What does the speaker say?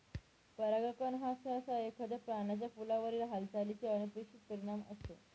परागकण हा सहसा एखाद्या प्राण्याचा फुलावरील हालचालीचा अनपेक्षित परिणाम असतो